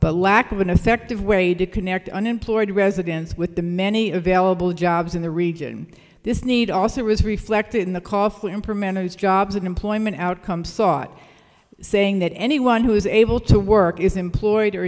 the lack of an effective way to connect unemployed residents with the many available jobs in the region this need also is reflected in the jobs and employment outcomes sought saying that anyone who is able to work is employed or